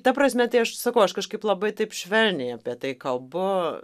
ta prasme tai aš sakau aš kažkaip labai taip švelniai apie tai kalbu